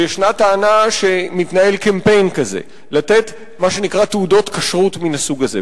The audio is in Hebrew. וישנה טענה שמתנהל קמפיין כזה לתת מה שנקרא תעודות כשרות מן הסוג הזה,